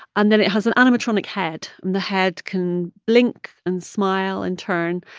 and then it has an animatronic head. and the head can blink and smile and turn.